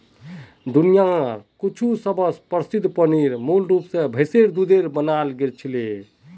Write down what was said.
दुनियार कुछु सबस प्रसिद्ध पनीर मूल रूप स भेरेर दूध स बनाल गेल छिले